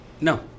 No